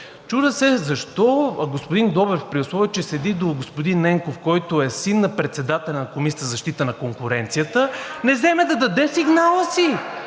Чудя се защо господин Добрев, при условие че седи до господин Ненков, който е син на председателя на Комисията за защита на конкуренцията, не вземе да даде сигнала си?